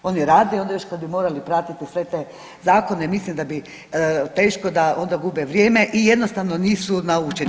Oni rade i onda još kad bi morali pratiti sve te zakone mislim da bi teško da, onda gube vrijeme i jednostavno nisu naučeni.